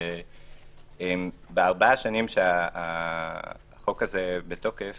בארבע השנים שהחוק הזה בתוקף